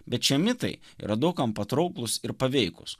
bet šie mitai yra daug kam patrauklūs ir paveikūs